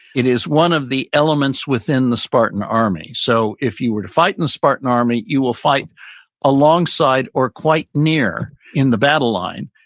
it is one of the elements within the spartan army so if you were to fight in the spartan army, you will fight alongside or quite near in the battle line,